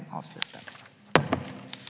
Tack för en god debatt!